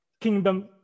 kingdom